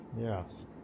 Yes